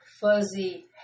Fuzzy